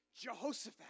Jehoshaphat